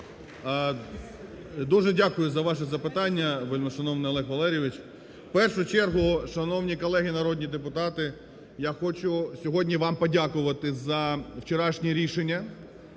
Дуже дякую за ваше запитання, вельмишановний Олег Валерійович. В першу чергу, шановні колеги, народні депутати, я хочу сьогодні вам подякувати за вчорашнє рішення,